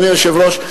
אדוני היושב-ראש,